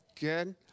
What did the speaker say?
Good